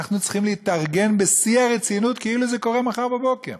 אנחנו צריכים להתארגן בשיא הרצינות כאילו זה קורה מחר בבוקר.